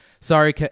Sorry